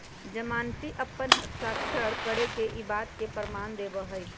जमानती अपन हस्ताक्षर करके ई बात के प्रमाण देवा हई